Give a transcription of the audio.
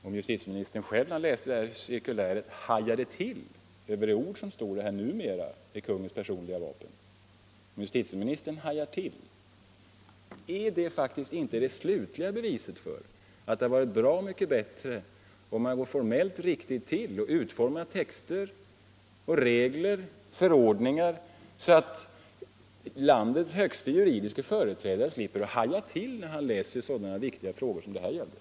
Om justitieministern själv när han läste det där cirkuläret hajade till inför att där står där ”numera är kungens personliga vapen” osv., är då inte detta det slutliga beviset för att det hade varit bra mycket bättre om det fått gå formellt riktigt till? Man kunde ha utformat texten, regler och förordningar på ett sådant sätt att landets högste juridiske företrädare slipper att haja till när han läser om sådana viktiga frågor som det här gäller!